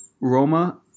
Roma